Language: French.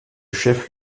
chef